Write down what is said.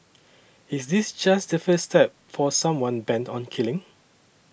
is this just the first step for someone bent on killing